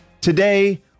Today